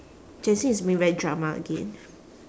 jensin is being very drama again